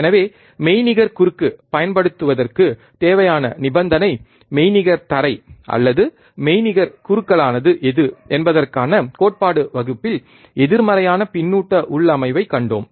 எனவே மெய்நிகர் குறுக்கு பயன்படுத்துவதற்குத் தேவையான நிபந்தனை மெய்நிகர் தரை அல்லது மெய்நிகர் குறுகலானது எது என்பதற்கான கோட்பாடு வகுப்பில் எதிர்மறையான பின்னூட்ட உள்ளமைவைக் கண்டோம்